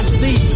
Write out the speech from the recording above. see